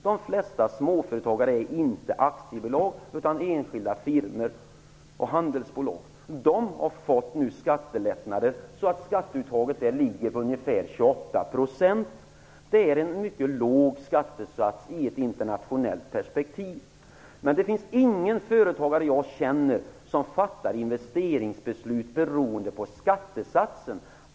De flesta småföretag är inte aktiebolag utan enskilda firmor och handelsbolag. Dessa har fått skattelättnader. Skatteuttaget ligger på ungefär 28 %. Det är en mycket låg skattesats, sett i ett internationellt perspektiv. Jag känner däremot ingen företagare som fattar investeringsbeslut beroende på skattesatsen.